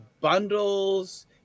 bundles